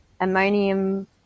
ammonium